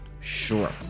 Sure